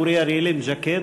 אורי אריאל עם ז'קט,